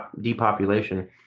depopulation